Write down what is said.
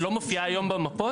שלא מופיעה היום במפות.